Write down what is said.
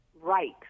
right